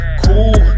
cool